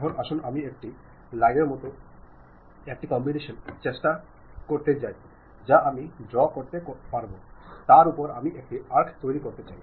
এখন আসুন আমি একটি লাইন এর মতো একটি কম্বিনেশন চেষ্টা করতে চাই যা আমি ড্রও করতে করবো তার উপর আমি একটি আর্ক তৈরি করতে চাই